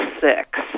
six